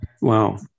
Wow